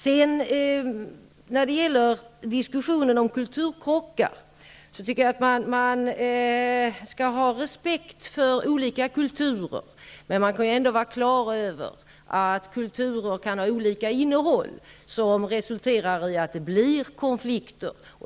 Jag menar att man skall ha respekt för olika kulturer, men man kan ändå vara klar över att kulturer kan ha olika innehåll, vilket resulterar i att det blir konflikter.